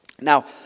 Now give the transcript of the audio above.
Now